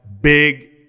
Big